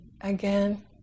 again